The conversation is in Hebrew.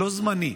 לא זמני.